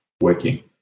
working